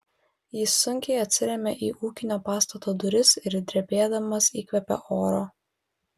jis sunkiai atsirėmė į ūkinio pastato duris ir drebėdamas įkvėpė oro